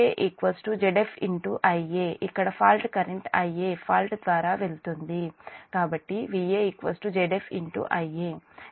ఇక్కడ fault current Ia fault ద్వారా వెళుతుంది కాబట్టి Va Zf Ia